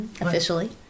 officially